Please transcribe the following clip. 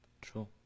True